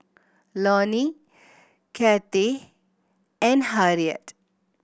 Lonie Kathie and Harriett